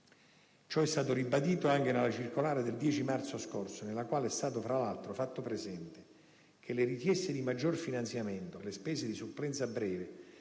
Ciò è stato ribadito anche nella circolare del 10 marzo scorso, nella quale è stato, fra l'altro, fatto presente che «le richieste di maggior finanziamento per le spese di supplenza breve